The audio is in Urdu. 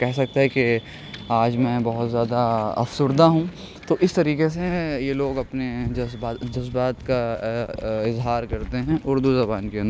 کہہ سکتا ہے کہ آج میں بہت زیادہ افسردہ ہوں تو اس طریقے سے یہ لوگ اپنے جذبات جذبات کا اظہار کرتے ہیں اردو زبان کے ان